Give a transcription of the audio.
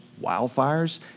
wildfires